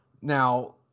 Now